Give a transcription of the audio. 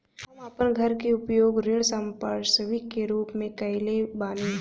हम अपन घर के उपयोग ऋण संपार्श्विक के रूप में कईले बानी